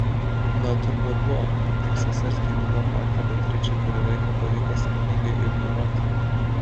na turbūt buvo tik sesers gimimo faktą beatričei kurį laiką pavyko sėkmingai ignoruoti